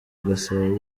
gasabo